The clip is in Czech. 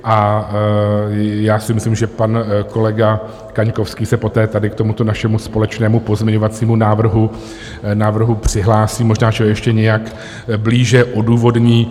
A já si myslím, že pan kolega Kaňkovský se poté tady k tomuto našemu společnému pozměňovacímu návrhu přihlásí, možná že ho ještě nějak blíže odůvodní.